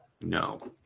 No